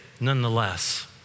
nonetheless